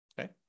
Okay